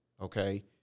okay